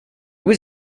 was